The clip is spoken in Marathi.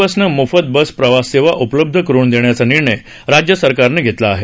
बसनं मोफत बस प्रवास सेवा उपलब्ध करून देण्याचा निर्णय राज्य सरकारनं घेतला आहे